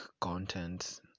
content